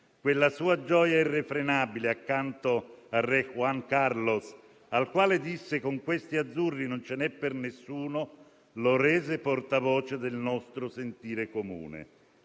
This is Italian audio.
Quella sua gioia irrefrenabile accanto al re Juan Carlos, al quale disse: «Con questi azzurri non ce n'è per nessuno», lo rese portavoce del nostro sentire comune.